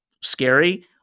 scary